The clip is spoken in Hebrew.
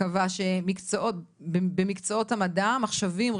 קבע שמקצועות המדע מחשבים,